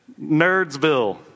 Nerdsville